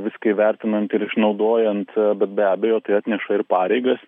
viską įvertinant ir išnaudojant bet be abejo tai atneša ir pareigas